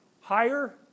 higher